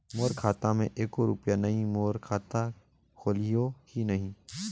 मोर खाता मे एको रुपिया नइ, मोर खाता खोलिहो की नहीं?